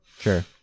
Sure